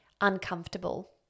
uncomfortable